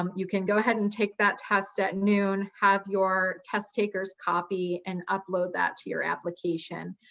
um you can go ahead and take that test at noon, have your test takers' copy and upload that to your application.